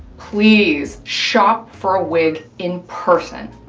please shop for ah wig in person,